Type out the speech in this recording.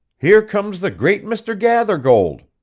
here comes the great mr. gathergold